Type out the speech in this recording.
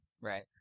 Right